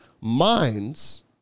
minds